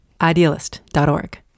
Idealist.org